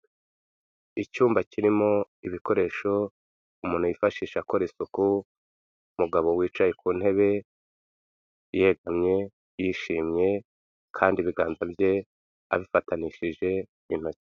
Icyumba kirimo ibikoresho umuntu yifashisha akora isuku, umugabo wicaye ku ntebe yegamye, yishimye kandi ibiganza bye abifatanishije intoki.